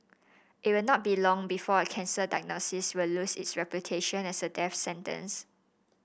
it will not be long before a cancer diagnosis will lose its reputation as a death sentence